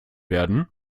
werden